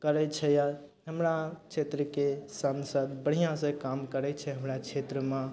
करय छै यऽ हमरा क्षेत्रके सांसद बढ़ियाँसँ काम करय छै हमरा क्षेत्रमे